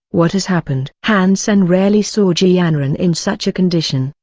what has happened? han sen rarely saw ji yanran in such a condition,